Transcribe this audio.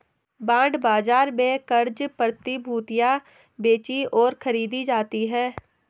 bond बाजार में क़र्ज़ प्रतिभूतियां बेचीं और खरीदी जाती हैं